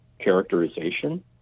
characterization